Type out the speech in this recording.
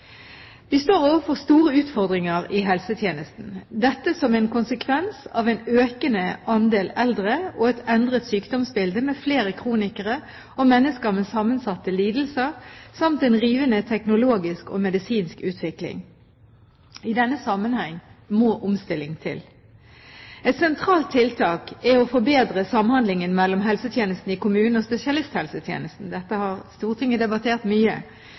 Vi står overfor store utfordringer i helsetjenesten – dette som en konsekvens av en økende andel eldre og et endret sykdomsbilde, med flere kronikere og mennesker med sammensatte lidelser samt en rivende teknologisk og medisinsk utvikling. I denne sammenheng må omstilling til. Et sentralt tiltak er å forbedre samhandlingen mellom helsetjenesten i kommunen og spesialisthelsetjenesten. Dette har Stortinget debattert mye.